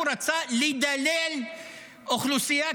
הוא רצה לדלל אוכלוסייה.